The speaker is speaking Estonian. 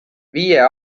viie